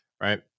right